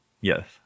Yes